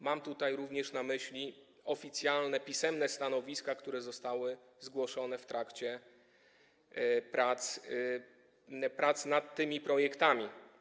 Mam tutaj również na myśli oficjalne pisemne stanowiska, które zostały zgłoszone podczas prac nad tymi projektami.